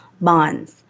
bonds